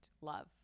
love